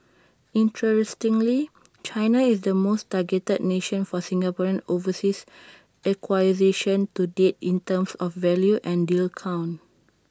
interestingly China is the most targeted nation for Singaporean overseas acquisitions to date in terms of value and deal count